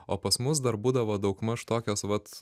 o pas mus dar būdavo daugmaž tokios vat